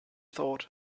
thought